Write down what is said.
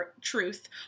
truth